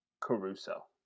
Caruso